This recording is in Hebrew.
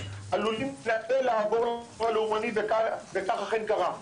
עלולים לעבור למישור הלאומני וכך אכן קרה.